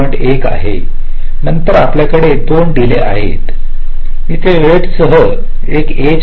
1 आहे आणि नंतर आपल्याकडे 2 डीले आहे येथे वेट सह एक एजआहे